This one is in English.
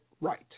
right